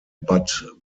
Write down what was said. bad